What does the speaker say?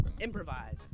improvise